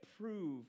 prove